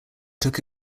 took